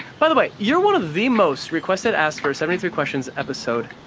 by the way, you're one of the most requested asked for a seventy three questions episode,